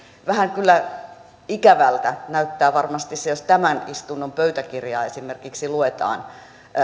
vähän kyllä ikävältä näyttää varmasti se jos esimerkiksi tämän istunnon pöytäkirjaa luetaan